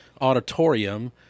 auditorium